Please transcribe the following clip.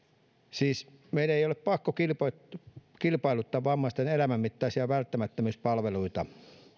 siis meidän ei ei ole pakko kilpailuttaa kilpailuttaa vammaisten elämänmittaisia välttämättömyyspalveluita